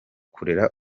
kurera